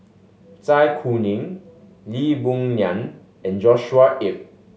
Zai Kuning Lee Boon Ngan and Joshua Ip